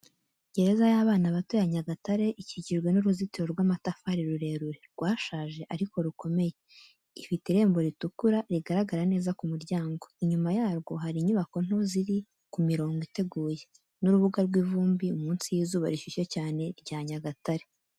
Gereza y’abana bato ya Nyagatare ikikijwe n'uruzitiro rw’amatafari rurerure, rwashaje ariko rukomeye, ifite irembo ritukura rigaragara neza ku muryango, inyuma yarwo hari inyubako nto ziri ku mirongo iteguye, n’urubuga rw’ivumbi munsi y’izuba rishyushye cyane rya Nyagatare.